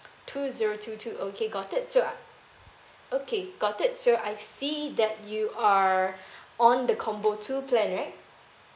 two zero two two okay got it so I okay got it so I see that you are on the combo two plan right